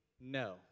no